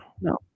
No